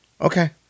Okay